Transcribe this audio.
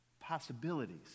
possibilities